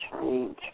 change